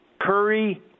Curry